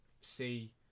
see